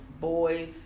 boys